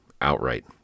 outright